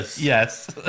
Yes